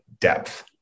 depth